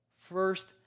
First